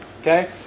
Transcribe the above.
Okay